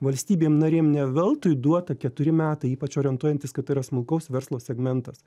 valstybėm narėm ne veltui duota keturi metai ypač orientuojantis kad tai yra smulkaus verslo segmentas